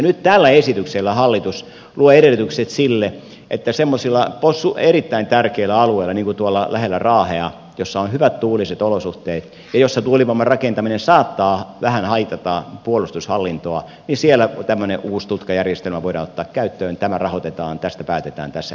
nyt tällä esityksellä hallitus luo edellytykset sille että semmoisilla erittäin tärkeillä alueilla niin kuin tuolla lähellä raahea jossa on hyvät tuuliset olosuhteet ja jossa tuulivoiman rakentaminen saattaa vähän haitata puolustushallintoa siellä tämmöinen uusi tutkajärjestelmä voidaan ottaa käyttöön tämä rahoitetaan tästä päätetään tässä esityksessä